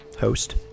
host